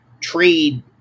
trade